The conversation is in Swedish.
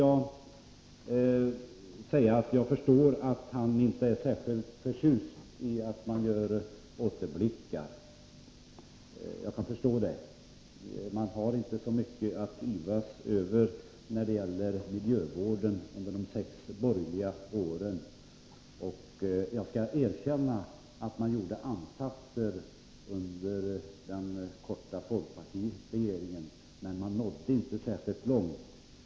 Jag förstår att Lars Ernestam inte är särskilt förtjust över att jag gör återblickar. De borgerliga partierna har inte så mycket att yvas över från sina sex år i regeringsställning när det gäller miljövården. Jag skall erkänna att det gjordes ansatser under den korta folkpartistiska regeringsperioden, men man nådde inte särskilt långt.